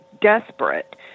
desperate